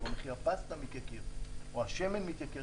או מחירי הפסטה מתייקרים או השמן מתייקר.